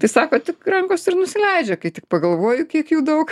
tai sako tik rankos ir nusileidžia kai tik pagalvoju kiek jų daug